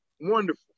wonderful